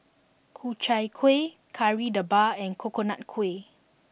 Ku Chai Kueh Kari Debal and Coconut Kuih